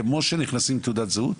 כמו שנכנסים עם תעודת זהות,